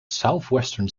southwestern